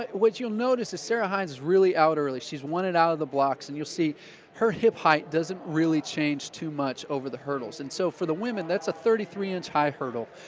what you'll notice is sarah hines is really out early. she's one and out of the blocks. and you'll see her hip height doesn't really change too much over the hurdles. and so for the women that's a thirty three inch high hurdle.